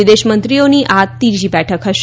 વિદેશ મંત્રીઓની આ ત્રીજી બેઠક હશે